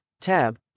tab